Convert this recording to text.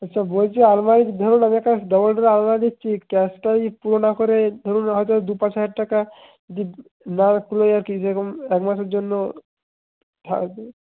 সে বলছি আলমারির ধরুন আমি একটা ডবল ডোরের আলমারি নিচ্ছি ক্যাশটাই পুরো না করে ধরুন হয়তো দু পাঁচ হাজার টাকা দি না তুলে আর কি যেরকম এক মাসের জন্য ধার দিয়ে